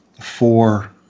four